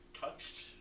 touched